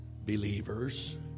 believers